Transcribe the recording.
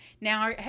Now